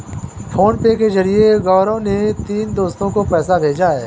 PhonePe के जरिए गौरव ने तीनों दोस्तो को पैसा भेजा है